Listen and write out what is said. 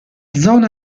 zona